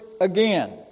again